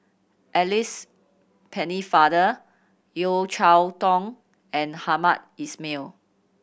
Alice Pennefather Yeo Cheow Tong and Hamed Ismail